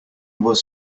was